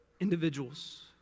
individuals